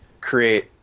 create